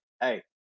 Hey